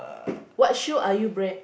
what shoe are you brand